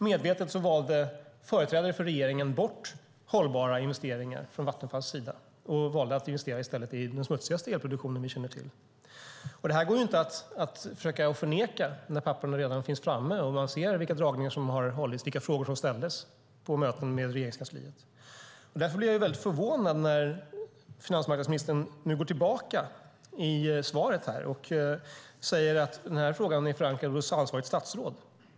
Medvetet valde företrädare för regeringen bort hållbara investeringar från Vattenfalls sida och valde att i stället investera i den smutsigaste elproduktion som vi känner till. Det här går inte att försöka förneka när papperen redan finns framme och man ser vilka dragningar som har hållits och vilka frågor som har ställts på möten med Regeringskansliet. Därför blir jag väldigt förvånad när finansmarknadsministern i svaret här nu går tillbaka och säger att den här frågan är förankrad hos ansvarigt statsråd.